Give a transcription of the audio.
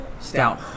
stout